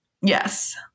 yes